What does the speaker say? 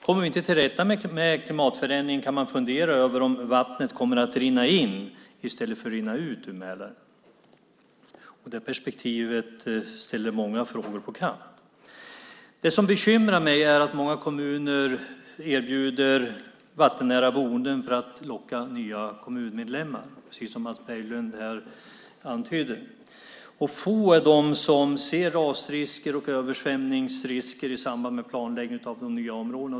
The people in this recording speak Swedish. Kommer vi inte till rätta med klimatförändringen kan man fundera över om vattnet kommer att rinna in i Mälaren i stället för att rinna ut ur den. Det perspektivet ställer många frågor på kant. Det som bekymrar mig är att många kommuner erbjuder vattennära boenden för att locka nya kommunmedlemmar, precis som Mats Berglind antydde. Få är de som ser rasrisker och översvämningsrisker i samband med planläggning av de nya områdena.